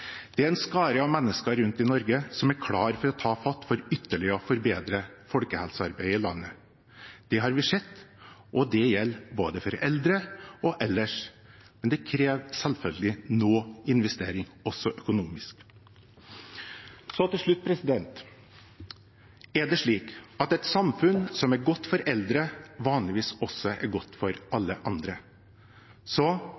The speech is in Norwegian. Det er en skare av mennesker rundt i Norge som er klare for å ta fatt for ytterligere å forbedre folkehelsearbeidet i landet. Det har vi sett, og det gjelder både for eldre og ellers. Men det krever selvfølgelig noe investering også økonomisk. Til slutt: Det er slik at et samfunn som er godt for eldre, vanligvis også er godt for